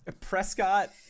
prescott